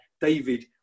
David